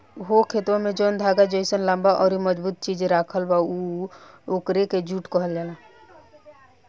हो खेतवा में जौन धागा जइसन लम्बा अउरी मजबूत चीज राखल बा नु ओकरे के जुट कहल जाला